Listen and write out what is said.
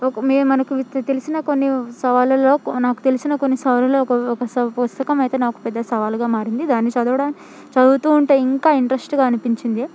మే మనకు తెలిసిన కొన్ని సవాళ్ళలో నాకు తెలిసిన కొన్ని సవాళ్ళలో ఒక పుస్తకం అయితే నాకు పెద్ద సవాలుగా మారింది దాన్ని చదవడం చదువుతు ఉంటే ఇంకా ఇంటరెస్ట్గా అనిపించింది